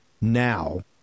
now